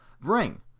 bring